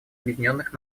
объединенных